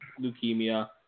leukemia